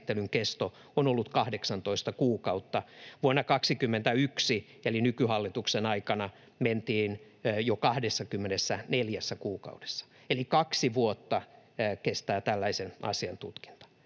on ollut 18 kuukautta. Vuonna 21, eli nykyhallituksen aikana, mentiin jo 24 kuukaudessa. Eli kaksi vuotta kestää tällaisen asian tutkinta.